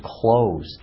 closed